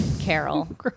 Carol